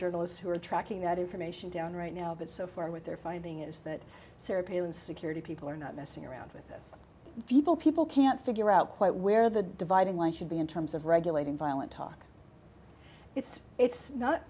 journalists who are tracking that information down right now but so far what they're finding is that sarah palin security people are not messing around with this people people can't figure out quite where the dividing line should be in terms of regulating violent talk it's it's not